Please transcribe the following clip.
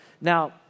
Now